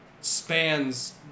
spans